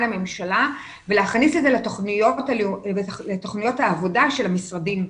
הממשלה ולהכניס את זה לתוכנית העבודה של המשרדים.